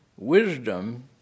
Wisdom